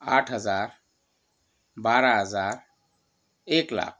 आठ हजार बारा हजार एक लाख